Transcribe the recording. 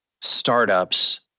startups